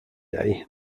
day